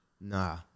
Nah